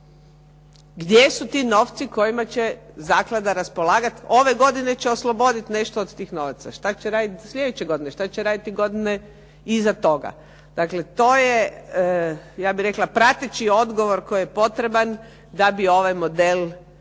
Gdje su ti novci kojima će zaklada raspolagat? Ove godine će oslobodit nešto od tih novaca. Šta će radit sljedeće godine? šta će raditi godine iza toga? Dakle to je, ja bih rekla, prateći odgovor koji je potreban da bi ovaj model